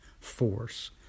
force